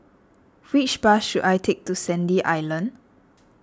which bus should I take to Sandy Island